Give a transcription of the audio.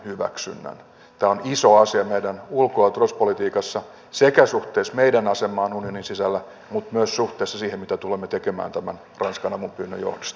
tämä on iso asia meidän ulko ja turvallisuuspolitiikassa sekä suhteessa meidän asemaamme unionin sisällä että myös suhteessa siihen mitä tulemme tekemään tämän ranskan avunpyynnön johdosta